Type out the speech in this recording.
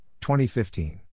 2015